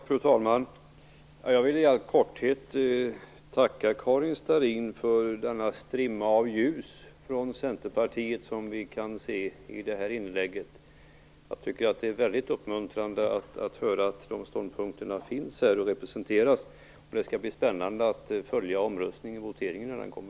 Fru talman! Jag vill i all korthet tacka Karin Starrin för den strimma ljus från Centerpartiet som vi kan se i det här inlägget. Jag tycker att det är mycket uppmuntrande att höra att dessa ståndpunkter finns här och representeras av Karin Starrin. Det skall bli spännande att följa omröstningen vid voteringen senare.